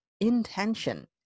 intention